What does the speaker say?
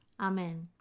Amen